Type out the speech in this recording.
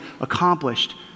accomplished